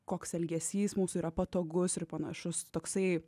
koks elgesys mūsų yra patogus ir panašus toksai